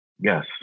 Yes